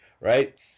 right